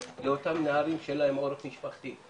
לאותם נערים שאין להם עורף משפחתי,